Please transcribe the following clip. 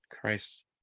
Christ